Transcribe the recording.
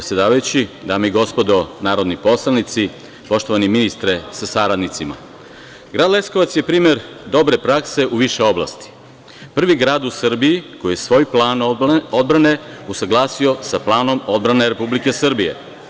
Dame i gospodo narodni poslanici, poštovani ministre sa saradnicima, Grad Leskovac je primer dobre prakse u više oblasti, prvi grad u Srbiji koji je svoj plan odbrane usaglasio sa planom odbrane Republike Srbije.